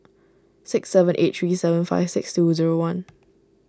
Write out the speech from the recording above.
six seven eight three seven five six two zero one